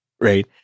right